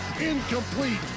Incomplete